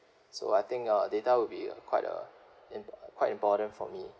so I think uh data will be quite uh im~ quite important for me